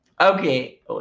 Okay